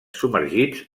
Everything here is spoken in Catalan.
submergits